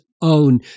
own